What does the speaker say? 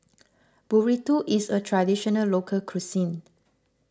Burrito is a Traditional Local Cuisine